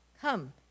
Come